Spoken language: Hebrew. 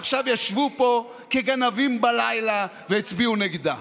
ועכשיו ישבו פה כגנבים בלילה והצביעו נגדה.